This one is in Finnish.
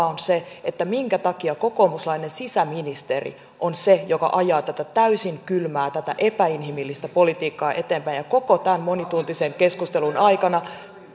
on se minkä takia kokoomuslainen sisäministeri on se joka ajaa tätä täysin kylmää epäinhimillistä politiikkaa eteenpäin ja koko tämän monituntisen keskustelun aikana